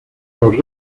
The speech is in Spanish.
los